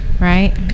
Right